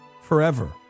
forever